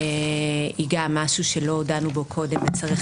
היא גם משהו שלא דנו בה קודם וצריך